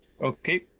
Okay